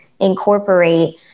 incorporate